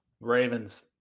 Ravens